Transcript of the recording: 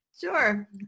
sure